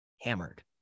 hammered